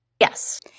Yes